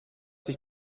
sich